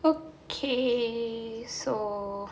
okay so